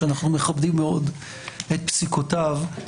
שאנחנו מכבדים מאוד את פסיקותיו,